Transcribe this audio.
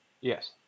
Yes